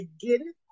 begin